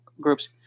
groups